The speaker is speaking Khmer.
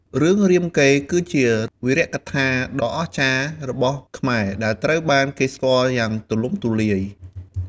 រឿងរាមកេរ្តិ៍ គឺជាវីរកថាដ៏អស្ចារ្យរបស់ខ្មែរ ដែលត្រូវបានគេស្គាល់យ៉ាងទូលំទូលាយ។